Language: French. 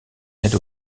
aide